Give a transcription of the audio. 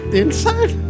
inside